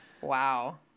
Wow